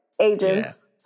agents